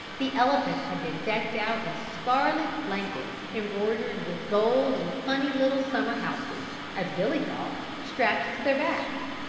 the elephants had been decked out in scarlet blankets embroidered with gold and funny little summer houses, as billy thought, strapped to their backs,